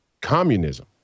communism